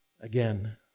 Again